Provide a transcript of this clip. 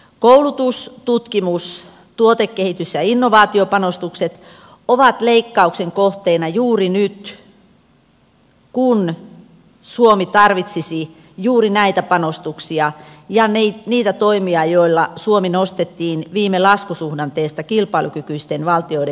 koulutus tutkimus tuotekehitys ja innovaatiopanostukset ovat leikkauksen kohteina juuri nyt kun suomi tarvitsisi juuri näitä panostuksia ja niitä toimia joilla suomi nostettiin viime laskusuhdanteesta kilpailukykyisten valtioiden joukkoon